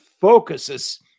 focuses